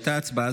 הייתה הצבעה.